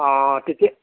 অঁ তেতিয়া